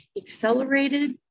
accelerated